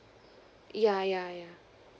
yeah yeah yeah